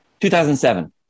2007